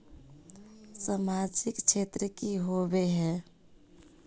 सामाजिक क्षेत्र की होबे है?